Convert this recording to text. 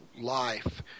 life